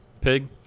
pig